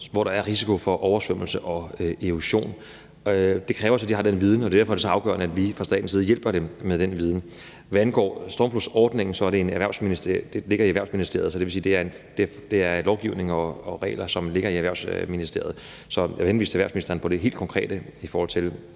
hvor der er en risiko for oversvømmelse og erosion. Det kræver så også, at de har en viden om det, og det er derfor, det er så afgørende, at vi fra statens side hjælper dem med den viden. Hvad angår stormflodsordningen, ligger lovgivningen og reglerne i Erhvervsministeriet. Så jeg vil, når det drejer sig om det helt konkrete i forhold til